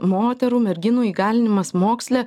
moterų merginų įgalinimas moksle